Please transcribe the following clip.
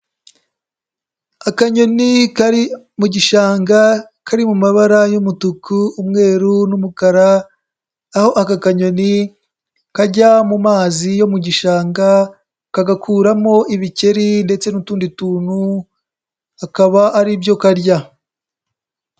Akanyoni kari mu gishanga kari mu mabara y'umutuku, umweru n'umukara, aho aka kanyoni kajya mu mazi yo mu gishanga kagakuramo ibikeri ndetse n'utundi tuntu akaba ari ibyo karya.